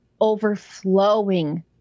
overflowing